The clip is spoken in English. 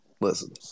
listen